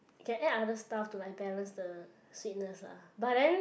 can add other stuff to like balance the sweetness lah but then